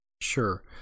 Sure